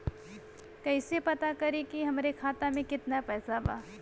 कइसे पता करि कि हमरे खाता मे कितना पैसा बा?